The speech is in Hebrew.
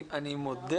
אני מודה